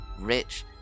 rich